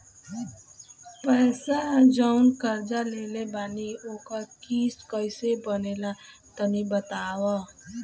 पैसा जऊन कर्जा लेले बानी ओकर किश्त कइसे बनेला तनी बताव?